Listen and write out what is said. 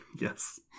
Yes